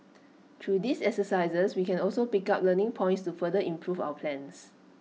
through these exercises we can also pick up learning points to further improve our plans